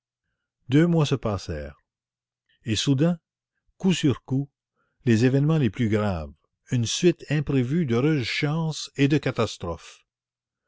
deux mois se passèrent et soudain coup sur coup les événements les plus graves une suite imprévue d'heureuses chances et de catastrophes